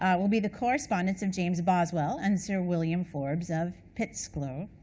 um will be the correspondence of james boswell and sir william forbes of pitsligo,